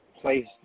place